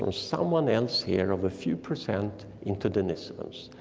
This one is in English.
ah someone else here of a few percent into denisovans.